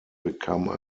become